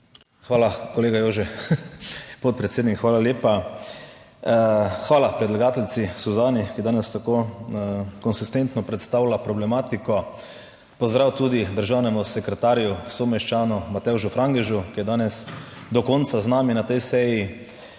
Hvala, kolega Jože. Podpredsednik, hvala lepa. Hvala predlagateljici Suzani, ki danes tako konsistentno predstavlja problematiko, pozdrav tudi državnemu sekretarju, someščanu Matevžu Frangežu, ki je danes do konca z nami na tej seji!